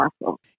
muscles